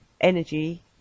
Energy